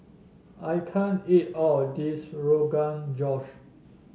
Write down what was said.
I can't eat all of this Rogan Josh